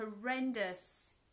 horrendous